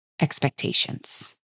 expectations